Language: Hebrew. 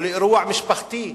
או לאירוע משפחתי,